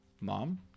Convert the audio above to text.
Mom